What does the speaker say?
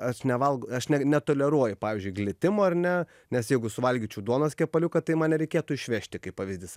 aš nevalg aš ne netoleruoju pavyzdžiui glitimo ar ne nes jeigu suvalgyčiau duonos kepaliuką tai mane nereikėtų išvežti kaip pavyzdys